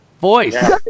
Voice